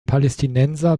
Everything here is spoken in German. palästinenser